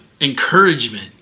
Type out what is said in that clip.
encouragement